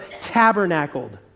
tabernacled